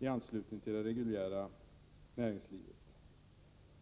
till det reguljära näringslivet.